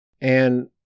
And-